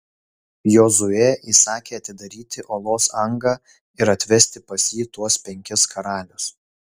jozuė įsakė atidaryti olos angą ir atvesti pas jį tuos penkis karalius